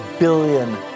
billion